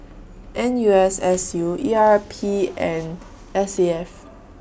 N U S S U E R P and S A F